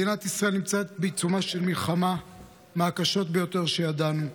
מדינת ישראל נמצאת בעיצומה של מלחמה מהקשות ביותר שידענו,